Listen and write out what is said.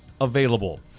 available